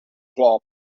club